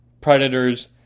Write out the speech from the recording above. Predators